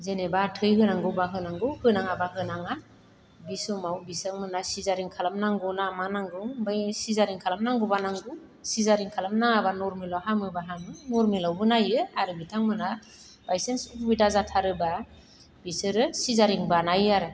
जेनोबा थै होनांगौब्ला बा होनांगौ होनाङा बा होनाङा बि समाव बिथां मोनहा सिजारियेन खालाम नांगौ ना मा नांगौ बै सिजारियेन खालाम नांगौब्ला नांगौ सिजारियेन खालाम नाङाब्ला नरमालाव हामोब्ला हामो नरमालावबो नायो आरो बिथांमोनहा बायसान्स उखुबिदा जाथारोब्ला बिसोरो सिजारियान बानायो आरो